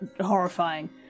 horrifying